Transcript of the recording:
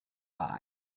eye